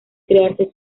crearse